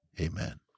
Amen